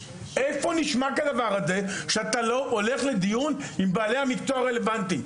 איפה נשמע שאתה לא הולך לדיון עם בעלי המקצוע הרלוונטיים?